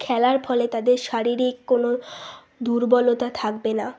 খেলার ফলে তাদের শারীরিক কোনো দুর্বলতা থাকবে না